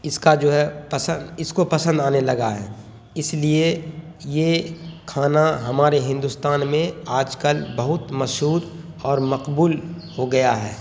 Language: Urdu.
اس کا جو ہے پسند اس کو پسند آنے لگا ہے اس لیے یہ کھانا ہمارے ہندوستان میں آج کل بہت مشہور اور مقبول ہو گیا ہے